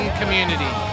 community